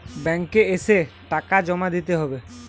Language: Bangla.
ব্যাঙ্ক এ এসে টাকা জমা দিতে হবে?